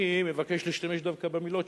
אני מבקש להשתמש דווקא במלים שלו: